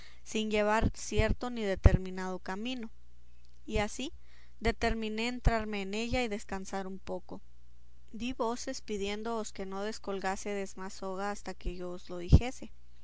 sin llevar cierto ni determinado camino y así determiné entrarme en ella y descansar un poco di voces pidiéndoos que no descolgásedes más soga hasta que yo os lo dijese